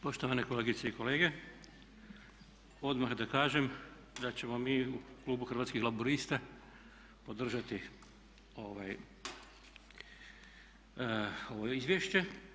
Poštovane kolegice i kolege, odmah da kažem da ćemo mi u klubu Hrvatskih laburista podržati ovo izvješće.